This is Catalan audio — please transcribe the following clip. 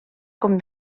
com